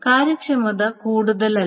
കാര്യക്ഷമത കൂടുതലല്ല